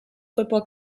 football